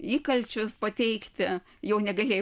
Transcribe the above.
įkalčius pateikti jau negalėjo